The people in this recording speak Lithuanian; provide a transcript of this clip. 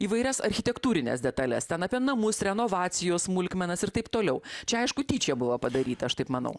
įvairias architektūrines detales ten apie namus renovacijos smulkmenas ir taip toliau čia aišku tyčia buvo padaryta aš taip manau